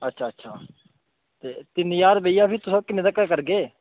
अच्छा अच्छा ते तिन ज्हार भी भेइया तोह् किन्ने तक करगे